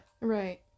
Right